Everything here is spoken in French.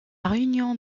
réunion